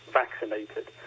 vaccinated